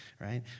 right